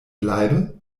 bleibe